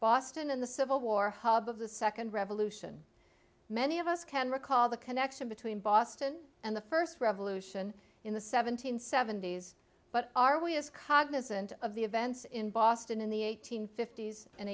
boston in the civil war hub of the second revolution many of us can recall the connection between boston and the first revolution in the seventeenth seventies but are we as cognizant of the events in boston in the eight hundred fifty s and